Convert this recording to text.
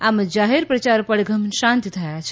આમ જાહેર પ્રયાર પડધમ શાંત થયા છે